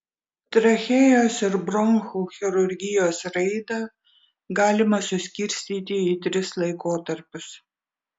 trachėjos ir bronchų chirurgijos raidą galima suskirstyti į tris laikotarpius